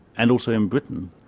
and also in britain,